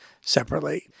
separately